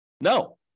No